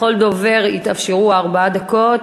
לכל דובר יתאפשרו ארבע דקות.